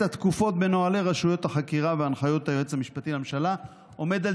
התקופות בנוהלי רשויות החקירה והנחיות היועץ המשפטי לממשלה עומד על